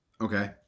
okay